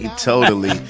totally.